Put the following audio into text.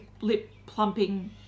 lip-plumping